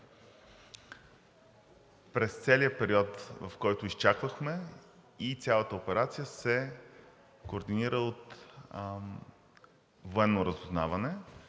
През целия период, в който изчаквахме, цялата операция се координира от Военно разузнаване.